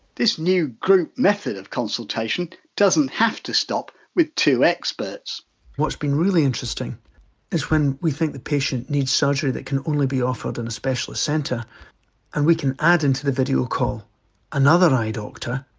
this new group method of consultation doesn't have to stop with two experts what's been really interesting is when we think the patient needs surgery that can only be offered in a specialist centre and we can add into the video call another eye doctor,